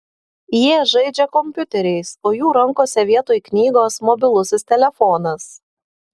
jie žaidžia kompiuteriais o jų rankose vietoj knygos mobilusis telefonas